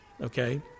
okay